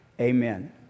Amen